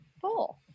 full